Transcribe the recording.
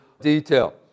detail